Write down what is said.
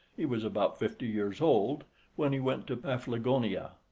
he was about fifty years old when he went to paphlagonia,